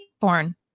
porn